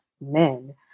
men